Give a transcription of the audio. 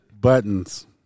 Buttons